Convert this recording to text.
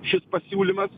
šis pasiūlymas